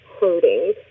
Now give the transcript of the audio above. hurting